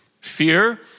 Fear